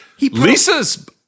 Lisa's